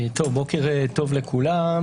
רק לציין,